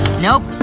nope,